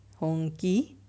hong kee